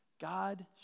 God